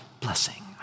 Blessing